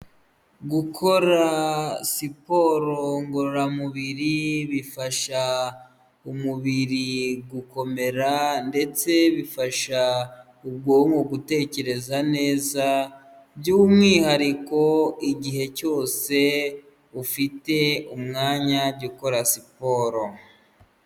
Gukora siporo ngororamubiri bifasha umubiri gukomera, ndetse bifasha ubwonko gutekereza neza by'umwihariko igihe cyose ufite umwanya, jya ukora siporo